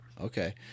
Okay